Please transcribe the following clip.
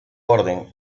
orden